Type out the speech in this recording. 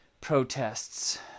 Protests